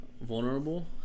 vulnerable